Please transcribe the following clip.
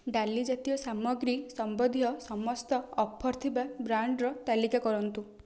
ଡାଲି ଜାତୀୟ ସାମଗ୍ରୀ ସମ୍ବନ୍ଧୀୟ ସମସ୍ତ ଅଫର୍ ଥିବା ବ୍ରାଣ୍ଡର ତାଲିକା କରନ୍ତୁ